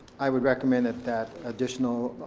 i would recommend that that additional